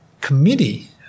committee